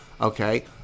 Okay